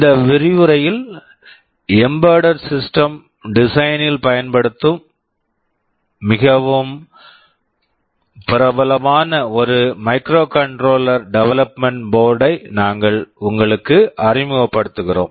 இந்த விரிவுரையில் embedded system design embedded system design ல் பயன்படுத்தப்படும் மிகவும் பிரபலமான ஒரு microcontroller microcontroller development board development board ஐ நாங்கள் உங்களுக்கு அறிமுகப்படுத்துகிறோம்